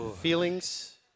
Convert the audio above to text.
feelings